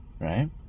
right